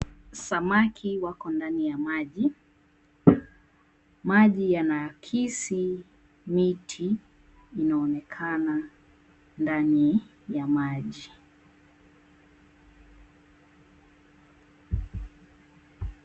Samaki wako ndani ya maji. Maji yanaakisi miti inaonekana ndani ya maji.